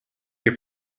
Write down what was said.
your